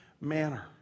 manner